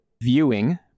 Viewing